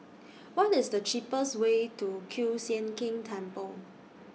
What IS The cheapest Way to Kiew Sian King Temple